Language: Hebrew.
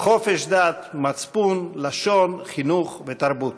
חופש דת, מצפון, לשון, חינוך ותרבות.